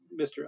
Mr